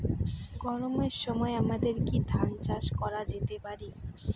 গরমের সময় আমাদের কি ধান চাষ করা যেতে পারি?